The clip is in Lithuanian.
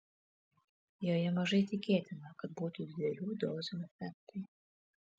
joje mažai tikėtina kad būtų didelių dozių efektai